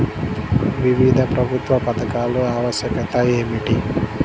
వివిధ ప్రభుత్వ పథకాల ఆవశ్యకత ఏమిటీ?